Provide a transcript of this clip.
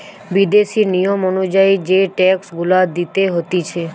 বিদেশি নিয়ম অনুযায়ী যেই ট্যাক্স গুলা দিতে হতিছে